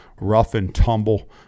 rough-and-tumble